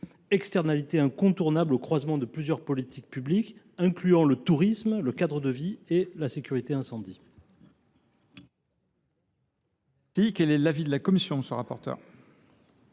externalité incontournable au croisement de plusieurs politiques publiques incluant le tourisme, le cadre de vie et la sécurité incendie.